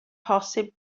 posib